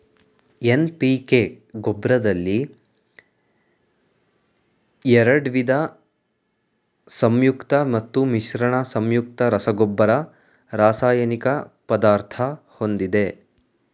NPK ಗೊಬ್ರದಲ್ಲಿ ಎರಡ್ವಿದ ಸಂಯುಕ್ತ ಮತ್ತು ಮಿಶ್ರಣ ಸಂಯುಕ್ತ ರಸಗೊಬ್ಬರ ರಾಸಾಯನಿಕ ಪದಾರ್ಥ ಹೊಂದಿದೆ